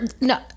no